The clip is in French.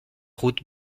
route